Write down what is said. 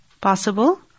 possible